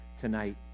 tonight